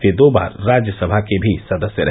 वे दो बार राज्यसभा के भी सदस्य रहे